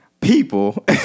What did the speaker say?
People